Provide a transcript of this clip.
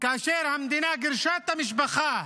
כאשר המדינה גירשה את המשפחה